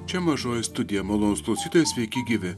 čia mažoji studija malonūs klausytojai sveiki gyvi